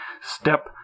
step